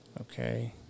Okay